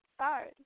Sorry